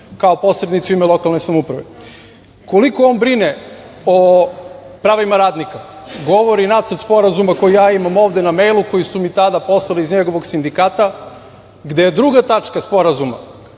kao posrednik u ime lokalne samouprave. Koliko on brine o pravima radnika govori Nacrt sporazuma koji ja imam ovde na mejlu koji su mi tada poslali iz njegovog sindikata gde je druga tačka sporazuma